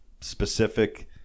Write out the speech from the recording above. specific